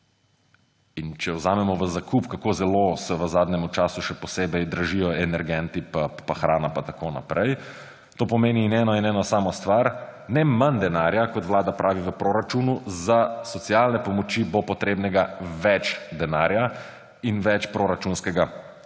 In če vzamemo v zakup, kako zelo se v zadnjem času še posebej dražijo energenti pa hrana pa tako naprej, to pomeni eno samo stvar – ne manj denarja v proračunu, kot pravi Vlada, za socialne pomoči bo potrebnega več denarja in več proračunskega